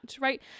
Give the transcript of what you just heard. right